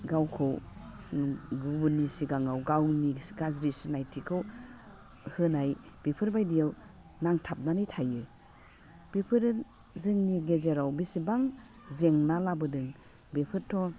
गावखौ गुबुननि सिगाङाव गावनि गाज्रि सिनायथिखौ होनाय बेफोरबायदियाव नांथाबनानै थायो बेफोरो जोंनि गेजेराव बेसेबां जेंना लाबोदों बेफोरथ'